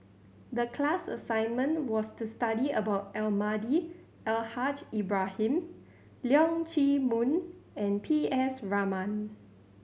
the class assignment was to study about Almahdi Al Haj Ibrahim Leong Chee Mun and P S Raman